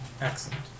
Excellent